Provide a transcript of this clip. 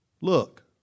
look